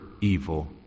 evil